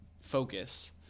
focus